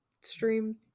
stream